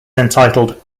entitled